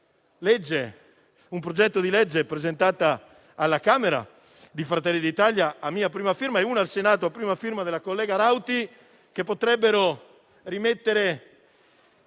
un progetto di legge presentato alla Camera da Fratelli d'Italia, a mia prima firma, e un disegno di legge al Senato a prima firma della collega Rauti, che potrebbero recuperare